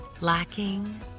Lacking